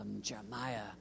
Jeremiah